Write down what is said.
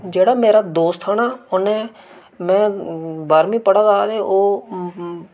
जेह्ड़ा मेरा दोस्त हा नां उन्नै में में बाह्रमीं पढ़ै दा हा ते ओह्